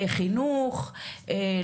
חינוך,